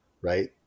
right